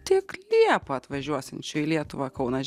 tik liepą atvažiuosiančio į lietuvą kaunas